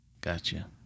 Gotcha